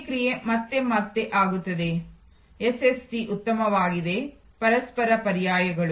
ಪ್ರತಿಕ್ರಿಯೆ ಮತ್ತೆ ಮತ್ತೆ ಆಗುತ್ತದೆ ಎಸ್ಎಸ್ಟಿ ಉತ್ತಮವಾಗಿದೆ ಪರಸ್ಪರ ಪರ್ಯಾಯಗಳು